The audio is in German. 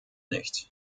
nicht